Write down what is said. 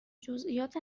جزییات